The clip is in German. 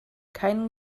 keinen